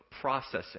processing